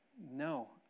No